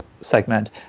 segment